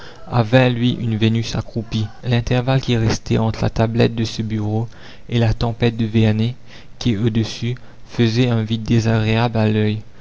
a vingt louis une vénus accroupie l'intervalle qui restait entre la tablette de ce bureau et la tempête de vernet qui est au-dessus faisait un vide désagréable à l'oeil